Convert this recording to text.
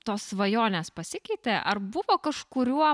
tos svajonės pasikeitė ar buvo kažkuriuo